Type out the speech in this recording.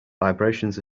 vibrations